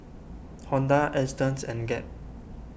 Honda Astons and Gap